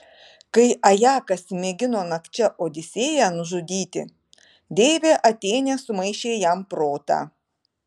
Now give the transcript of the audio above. kai ajakas mėgino nakčia odisėją nužudyti deivė atėnė sumaišė jam protą